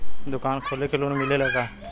दुकान खोले के लोन मिलेला का?